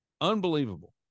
unbelievable